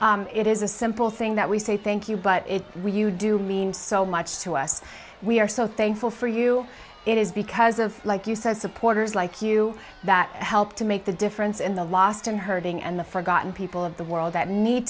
partner it is a simple thing that we say thank you but when you do mean so much to us we are so thankful for you it is because of like you said supporters like you that help to make the difference in the lost and hurting and the forgotten people of the world that need